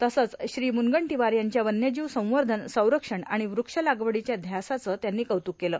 तसंच श्री मुनगंटीवार यांच्या वन्यजीव संवर्धन संरक्षण आणि वृक्षलागवडीच्या ध्यासाचं त्यांनी कौतुक केलं